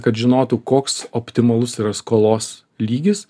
kad žinotų koks optimalus yra skolos lygis